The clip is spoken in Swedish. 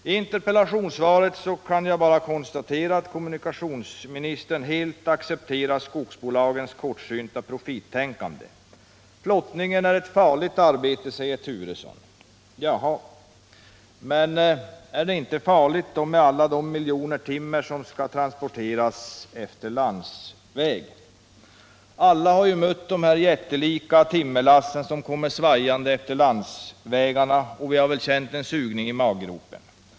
Av interpellationssvaret kan jag bara konstatera att kommunikationsministern helt accepterar skogsbolagens kortsynta profittänkande. Flottningen är ett farligt arbete, säger herr Turesson. Jaha, men är det inte farligt då med alla de miljoner timmer som skall tranporteras efter landsväg? Alla som har mött de jättelika timmerlassen som kommer svajande efter landsvägarna har väl känt en sugning i maggropen.